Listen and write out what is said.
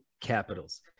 Capitals